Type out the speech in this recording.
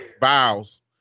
vows